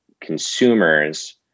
consumers